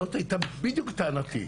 זאת הייתה בדיוק טענתי.